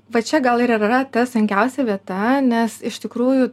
va čia gal ir yra ta sunkiausia vieta nes iš tikrųjų